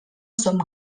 som